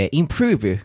improve